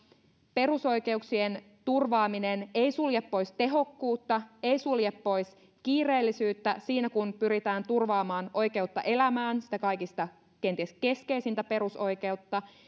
perusoikeuksien turvaaminen ei sulje pois tehokkuutta ei sulje pois kiireellisyyttä siinä kun pyritään turvaamaan oikeutta elämään sitä kenties kaikista keskeisintä perusoikeutta